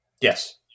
Yes